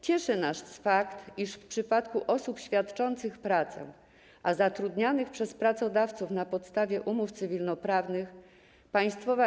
Cieszy nas fakt, iż w przypadku osób świadczących pracę, zatrudnianych przez pracodawców na podstawie umów cywilnoprawnych, Państwowa